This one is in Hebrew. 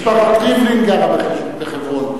משפחת ריבלין גרה בחברון,